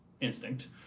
instinct